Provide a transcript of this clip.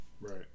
Right